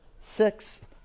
six